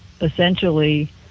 essentially